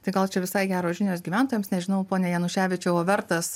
tai gal čia visai geros žinios gyventojams nežinau pone januševičiau vertas